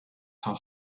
how